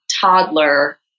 toddler